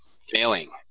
failing